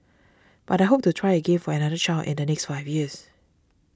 but I hope to try again for another child in the next five years